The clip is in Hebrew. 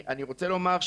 אני רוצה לומר,